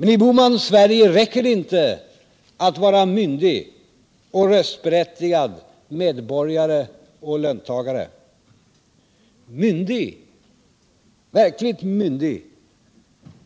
Men i Bohmans Sverige räcker det inte att vara myndig och röstberättigad medborgare och löntagare. Myndig